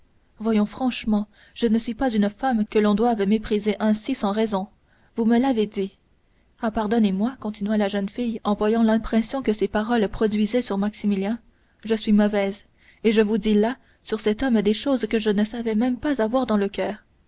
voyons franchement je ne suis pas une femme que l'on doive mépriser ainsi sans raison vous me l'avez dit ah pardonnez-moi continua la jeune fille en voyant l'impression que ces paroles produisaient sur maximilien je suis mauvaise et je vous dis là sur cet homme des choses que je ne savais pas même avoir dans le coeur